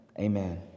amen